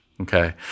Okay